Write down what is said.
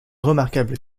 remarquable